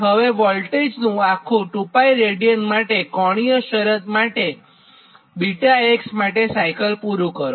હવેવોલ્ટેજનું આખુ2𝜋 રેડિયન માટે કોણીય શરત 𝛽x માટે સાયકલ પુરું કરો